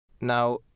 Now